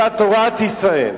אותה תורת ישראל,